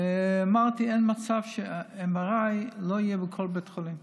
אמרתי: אין מצב שה-MRI לא יהיה בכל בית חולים.